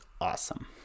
awesome